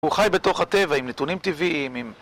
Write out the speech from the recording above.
הוא חי בתוך הטבע, עם נתונים טבעיים, עם...